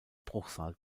bruchsal